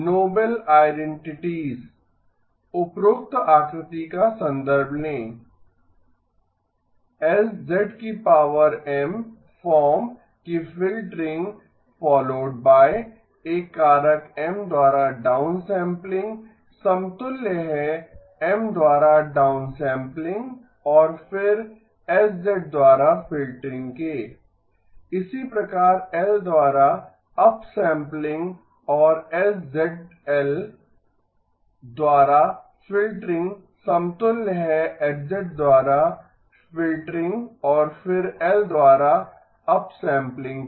Nobel identities उपरोक्त आकृति का संदर्भ लें H फॉर्म की फ़िल्टरिंग फॉलोड बाय एक कारक M द्वारा डाउनसैंपलिंग समतुल्य है M द्वारा डाउनसैंपलिंग और फिर H द्वारा फ़िल्टरिंग के इसी प्रकार L द्वारा अपसैंपलिंग और H द्वारा फ़िल्टरिंग समतुल्य है H द्वारा फ़िल्टरिंग और फिर L द्वारा अपसैंपलिंग के